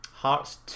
Hearts